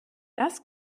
das